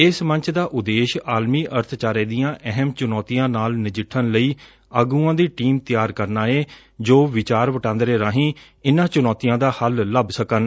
ਇਸ ਮੰਚ ਦਾ ਉਦੇਸ਼ ਆਲਮੀ ਅਰਥਚਾਰੇ ਦੀਆ ਅਹਿਮ ਚਣੌਤੀਆਂ ਨਾਲ ਨਜਿੱਠਣ ਲਈ ਆਗੁਆਂ ਦੀ ਟੀਮ ਤਿਆਰ ਕਰਨਾ ਏ ਜੋ ਵਿਚਾਰ ਵਟਾਦਰੇ ਰਾਹੀ ਇਨਾਂ ਚੁਣੌਤੀਆਂ ਦਾ ਹੱਲ ਲੱਭ ਸਕਣ